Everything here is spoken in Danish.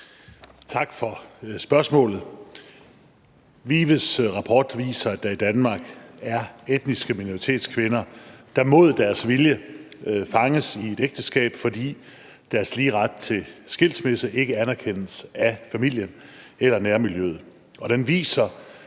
Tak for spørgsmålet. VIVE's rapport viser, at der i Danmark er etniske minoritetskvinder, der imod deres vilje fanges i et ægteskab, fordi deres lige ret til skilsmisse ikke anerkendes af familien eller nærmiljøet.